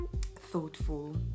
thoughtful